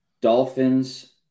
Dolphins